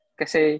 kasi